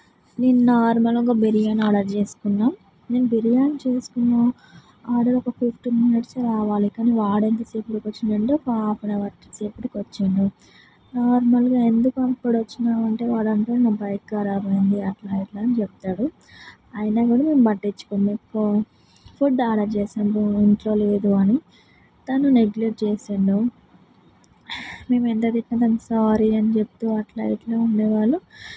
నేను నార్మల్గా ఒక బిర్యానీ ఆర్డర్ చేసుకున్న నేను బిర్యాని చేసుకున్నా ఆర్డర్ ఒక ఫిఫ్టీన్ మినిట్స్కి రావాలి కానీ వాడు ఎంతసేపటికి వచ్చిందంటే ఒక హాఫ్ ఎన్ అవర్ అంతసేపటికి వచ్చిండు ఎందుకు అలా వచ్చినావు అంటే వాడు అన్నాడు బైక్ ఖరాబ్ అయింది అట్లా ఇట్లా అని చెప్తాడు అయినా కానీ పట్టించుకోని ఫుడ్ ఆర్డర్ చేసినా ఎవరు ఇంట్లో లేరు అని తను నేగ్లెట్ చేసాడు మేము ఎంత తిట్టినా సారీ అని చెప్పి అట్లా ఇట్లా ఉండేవాడు